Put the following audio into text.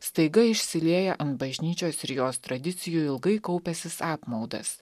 staiga išsilieja ant bažnyčios ir jos tradicijų ilgai kaupęsis apmaudas